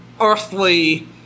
earthly